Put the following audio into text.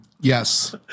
Yes